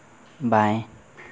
बाएँ